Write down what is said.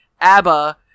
ABBA